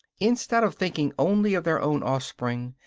instead of thinking only of their own offspring,